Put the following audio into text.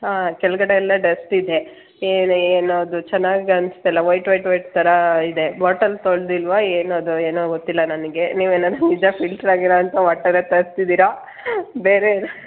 ಹಾಂ ಕೆಳಗಡೆ ಎಲ್ಲ ಡಸ್ಟ್ ಇದೆ ಏನು ಏನು ಅದು ಚೆನ್ನಾಗಿ ಅನಿಸ್ತಾ ಇಲ್ಲ ವೈಟ್ ವೈಟ್ ವೈಟ್ ಥರ ಇದೆ ಬಾಟಲ್ ತೊಳೆದಿಲ್ವಾ ಏನೋ ಅದು ಏನೋ ಗೊತ್ತಿಲ್ಲ ನನಗೆ ನೀವು ಏನೋ ನಿಜ ಫಿಲ್ಟ್ರ್ ಆಗಿರೋಂಥ ವಾಟರೇ ತರಿಸ್ತಿದೀರಾ ಬೇರೆ